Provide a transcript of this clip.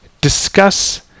discuss